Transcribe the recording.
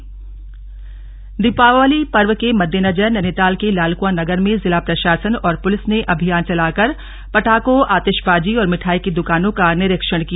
निरीक्षण दीपावली पर्व के मद्देनजर नैनीताल के लालकुंआ नगर में जिला प्रशासन और पुलिस ने अभियान चलाकर पटाखों आतिशबाजी और मिठाई की दुकानों का निरीक्षण किया